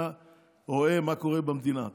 אתה רואה מה קורה במדינה,